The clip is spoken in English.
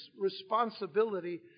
responsibility